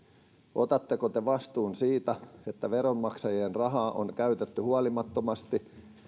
otatteko te vastuun siitä että veronmaksajien rahaa on käytetty huolimattomasti